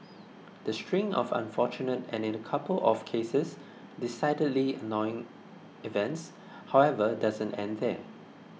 the string of unfortunate and in a couple of cases decidedly annoying events however doesn't end there